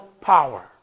power